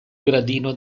gradino